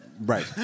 Right